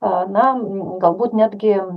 a nam galbūt netgi